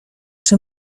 czy